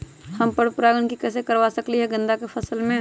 हम पर पारगन कैसे करवा सकली ह गेंदा के फसल में?